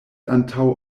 antaŭ